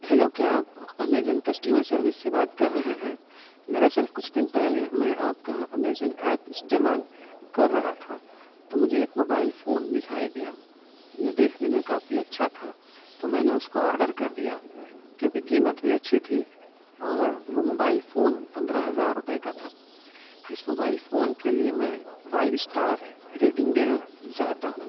hello کیا آپ Amazon customer service سے بات کر رہے ہیں دراصل کچھ دن پہلے میں آپ کا امیزون ایپ استعمال کر رہا تھا تو مجھے ایک موبائل فون دکھائی دیا جو دیکھنے میں کافی اچھا تھا تو میں نے اس کو آڈر کر دیا کیونکہ قیمت بھی اچھی تھی اور وہ موبائل فون پندرہ ہزار روپیے کا تھا اس موبائل فون کے لیے میں فائف اسٹار ریٹنگ دینا چاہتا ہوں